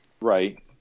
Right